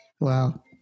wow